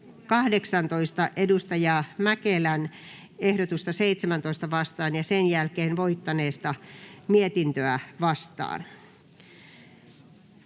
Lulu Ranteen ehdotusta 25 vastaan ja sen jälkeen voittaneesta mietintöä vastaan.